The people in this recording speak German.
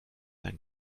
ein